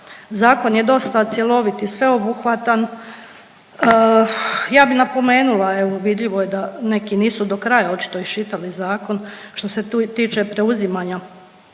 Zakon je dosta cjelovit i sveobuhvatan, ja bi napomenula, evo, vidljivo je da neki nisu do kraja očito iščitali zakon, što se tiče preuzimanja